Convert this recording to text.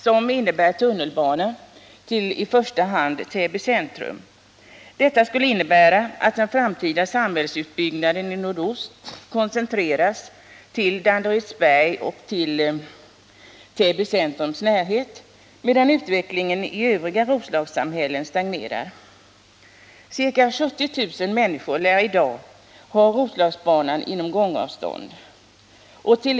som innebär att vi får tunnelbana till i första hand Täby centrum. Detta skulle innebära att den framtida samhällsutbyggnaden inom nordostsektorn koncentreras till Danderydsberg och Täby centrums närhet, medan utvecklingen i övriga Roslagssamhällen stagnerar. Ca 70 000 människor lär i dag ha Roslagsbanan på gångavstånd.